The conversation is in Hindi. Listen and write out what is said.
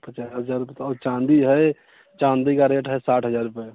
पचास हजार रुपये औ चाँदी है चाँदी का रेट है साठ हजार रुपये